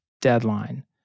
deadline